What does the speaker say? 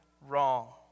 wrong